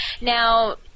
Now